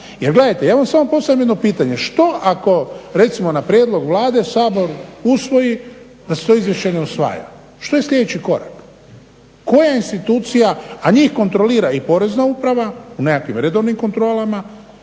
Jer gledajte, ja vam samo postavljam jedno pitanje. Što ako recimo na prijedlog Vlade Sabor usvoji da se to izvješće ne usvaja? Što je sljedeći korak? Koja institucija, a njih kontrolira i Porezna uprava u nekakvim redovnim kontrolama.